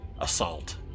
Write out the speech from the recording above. assault